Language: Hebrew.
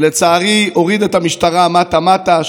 ולצערי הוריד את המשטרה מטה מטה.